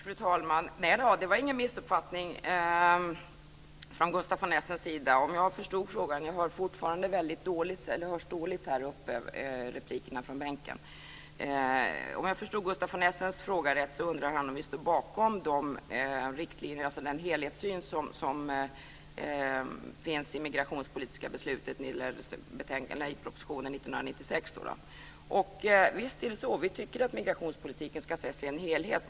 Fru talman! Nej, det var ingen missuppfattning från Gustaf von Essens sida, om jag förstod frågan rätt. Replikerna från bänken hörs fortfarande dåligt här uppe. Om jag förstod frågan rätt så undrar Gustaf von Essen om vi står bakom den helhetssyn som finns i den migrationspolitiska propositionen från 1996. Visst är det så. Vi tycker att migrationspolitiken ska ses i en helhet.